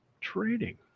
trading